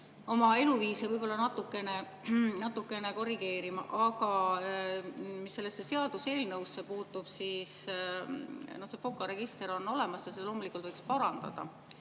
oma eluviise võib-olla natukene korrigeerima. Mis sellesse seaduseelnõusse puutub, siis see FOKA register on olemas, seda loomulikult võiks parandada